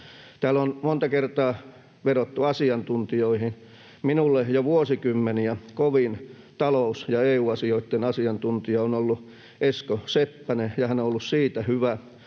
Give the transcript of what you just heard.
Täällä on monta kertaa vedottu asiantuntijoihin. Minulle jo vuosikymmeniä kovin talous- ja EU-asioitten asiantuntija on ollut Esko Seppänen. Hän on ollut siitä hyvä